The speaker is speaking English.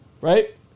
right